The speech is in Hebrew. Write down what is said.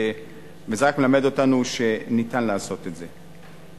וזה רק מלמד אותנו שניתן לעשות את זה.